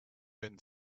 been